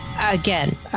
Again